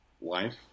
wife